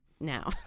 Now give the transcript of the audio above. now